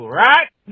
right